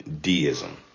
deism